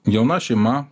jauna šeima